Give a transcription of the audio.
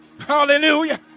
hallelujah